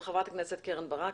הצטרפה אלינו ח"כ קרן ברק.